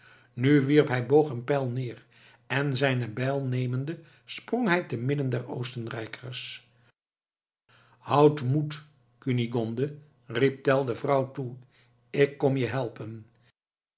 nu wierp hij boog en pijl neer en zijne bijl nemende sprong hij te midden der oostenrijkers houd moed kunigonde riep tell de vrouw toe ik kom je helpen